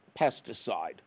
pesticide